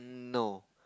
no